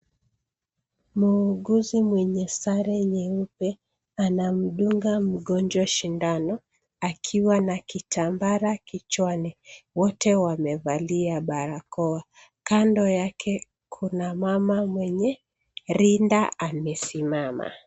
Muuguzi mwenye sare nyeupe, anamdunga mgonjwa sindani, akiwa na kitambara kichwani. Wote wamevalia barakoa. Kando yake kuna mama mwenye rinda amesimama.